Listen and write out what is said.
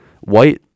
white